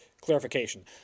clarification